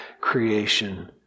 creation